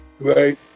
right